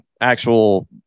actual